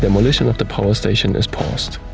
demolition of the power station is paused.